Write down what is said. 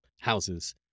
houses